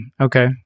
okay